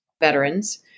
veterans